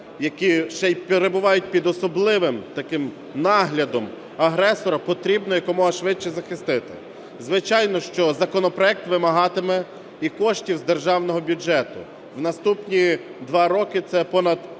які ще й перебувають під особливим таким наглядом агресора, потрібно якомога швидше захистити. Звичайно, що законопроект вимагатиме і коштів з державного бюджету. В наступні два роки це понад 300